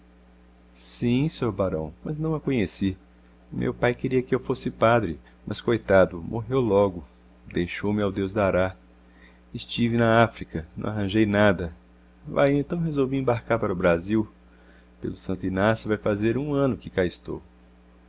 sim s'or barão mas não a conheci meu pai queria que eu fosse padre mas coitado morreu logo deixou-me ao deus dará estive na áfrica não arranjei nada vai então resolvi embarcar para o brasil pelo santo inácio vai fazer um ano que cá estou